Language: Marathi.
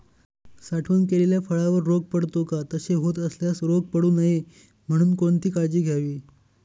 साठवण केलेल्या फळावर रोग पडतो का? तसे होत असल्यास रोग पडू नये म्हणून कोणती काळजी घ्यावी?